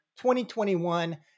2021